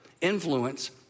influence